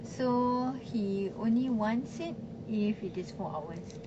so he only wants it if it is four hours